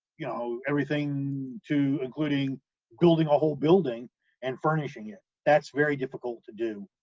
you know, everything to including building a whole building and furnishing it, that's very difficult to do.